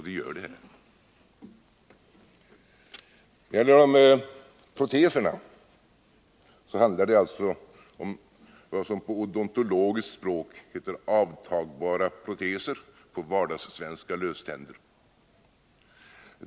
Det gör det här förslaget. När det gäller proteserna handlar det alltså om vad som på odontologiskt språk heter avtagbara proteser — på vardagssvenska löständer.